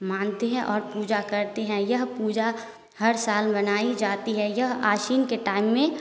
मानते हैं और पूजा करते हैं यह पूजा हर साल मनाई जाती है यह आशीन के टाइम में